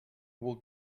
will